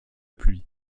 pluie